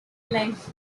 life